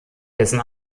dessen